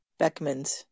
Beckmans